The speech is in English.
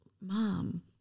Mom